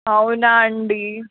అవునా అండీ